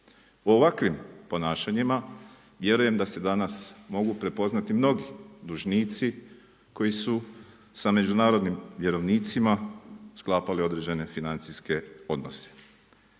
O ovakvim ponašanjima, vjerujem da se danas mogu prepoznati mnogi dužnici koji su sa međunarodnim vjerovnicima sklapali određene financijske odnose.